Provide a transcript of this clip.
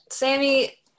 Sammy